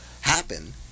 happen